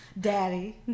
daddy